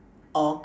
or